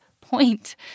point